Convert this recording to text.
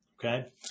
okay